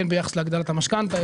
הן ביחס להגדלת המשכנתא,